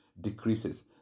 decreases